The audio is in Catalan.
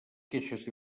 queixes